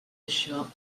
això